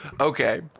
Okay